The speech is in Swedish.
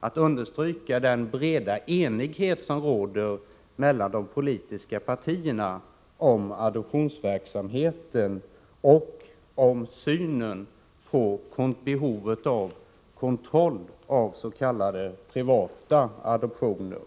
att understryka den breda enighet som råder mellan de politiska partierna om adoptionsverksamheten och om behovet av kontroll av s.k. privata adoptioner.